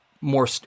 more